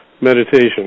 meditation